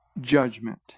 judgment